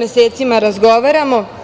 mesecima razgovaramo.